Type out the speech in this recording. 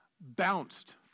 bounced